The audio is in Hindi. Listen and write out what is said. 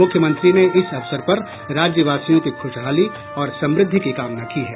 मुख्यमंत्री ने इस अवसर पर राज्यवासियों की खुशहाली और समृद्धि की कामना की है